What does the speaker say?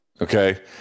Okay